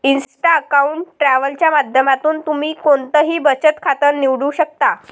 Insta account travel च्या माध्यमातून तुम्ही कोणतंही बचत खातं निवडू शकता